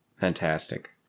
fantastic